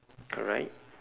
correct